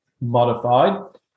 modified